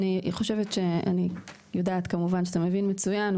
אני יודעת כמובן שאתה מבין מצוין,